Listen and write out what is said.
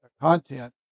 content